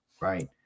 right